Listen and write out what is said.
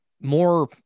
more